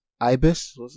Ibis